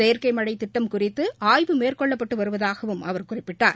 செயற்கை மழை திட்டம் குறித்து ஆய்வு மேற்கொள்ளப்பட்டு வருவதாகவும் அவர் குறிப்பிட்டார்